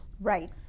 Right